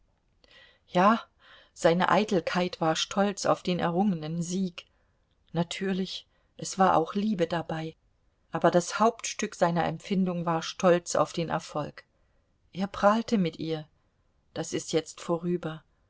ja seine eitelkeit war stolz auf den errungenen sieg natürlich es war auch liebe dabei aber das hauptstück seiner empfindung war stolz auf den erfolg er prahlte mit ihr das ist jetzt vorüber